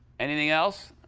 anything else?